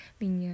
mình